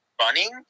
running